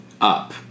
up